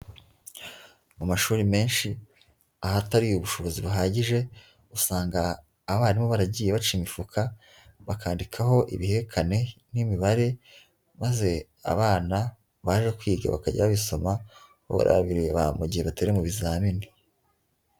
Amashuri menshi ahatari ubushobozi buhagije usanga abarimu baragiye baca imifuka bakandikaho ibihekane n'imibare maze abana baje kwiga bakajya babisoma barabireba mu gihe batari mu bizamini.